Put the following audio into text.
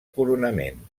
coronament